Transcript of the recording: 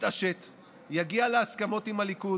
יתעשת ויגיע להסכמות עם הליכוד.